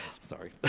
Sorry